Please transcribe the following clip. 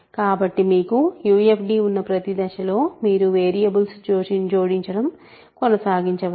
కాబట్టి మీకు UFD ఉన్న ప్రతి దశలో మీరు వేరియబుల్స్ జోడించడం కొనసాగించవచ్చు